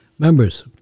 Members